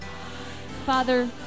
Father